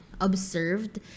observed